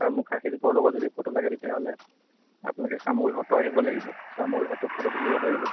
আৰু মুখাশিল্পৰ লগত যদি ফটো লাগে তেতিয়াহ'লে আপোনালোকে চামগুৰি সত্ৰ আহিব লাগিব চামগুৰি সত্ৰত ফটো তুলিব পাৰিব